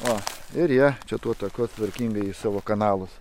o ir jie čia tuo taku tvarkingai į savo kanalus